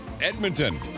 Edmonton